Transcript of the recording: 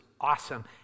awesome